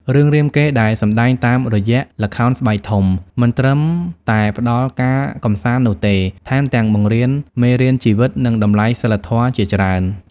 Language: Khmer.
រឿងរាមកេរ្តិ៍ដែលសម្ដែងតាមរយៈល្ខោនស្បែកធំ មិនត្រឹមតែផ្ដល់ការកម្សាន្តនោះទេ ថែមទាំងបង្រៀនមេរៀនជីវិត និងតម្លៃសីលធម៌ជាច្រើន ។